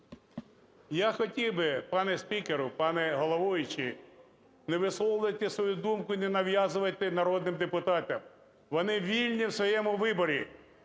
Я хотів би, пане спікеру, пане головуючий, не висловлювати свою думку і не нав'язувати народним депутатам, вони вільні у своєму виборі,